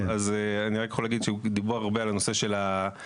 אז אני רק יכול להגיד שדיברו הרבה על הנושא של התקצוב,